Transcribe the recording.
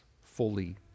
fully